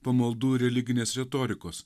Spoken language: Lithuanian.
pamaldų religinės retorikos